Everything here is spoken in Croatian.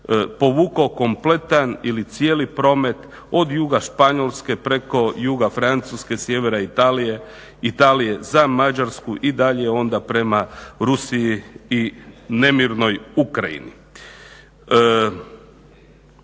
povukao kompletan ili cijeli promet od juga Španjolske preko juga Francuske, sjevera Italije za Mađarsku i dalje onda prema Rusiji i nemirnoj Ukrajini.